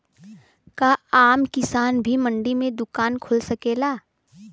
का आम किसान भी मंडी में दुकान खोल सकेला?